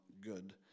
good